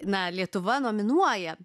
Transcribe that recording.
na lietuva nominuoja